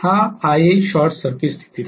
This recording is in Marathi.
हा आयए शॉर्ट सर्किट स्थितीत आहे